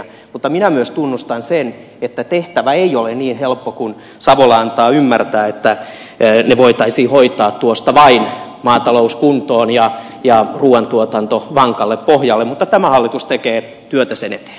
mutta minä myös tunnustan sen että tehtävä ei ole niin helppo kuin savola antaa ymmärtää että voitaisiin hoitaa tuosta vain maatalous kuntoon ja ruuantuotanto vankalle pohjalle mutta tämä hallitus tekee työtä sen eteen